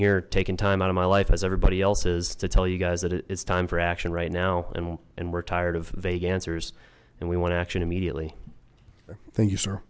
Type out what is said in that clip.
here taking time out of my life as everybody else's to tell you guys that it's time for action right now and and we're tired of vague answers and we want action immediately th